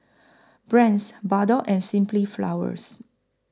Brand's Bardot and Simply Flowers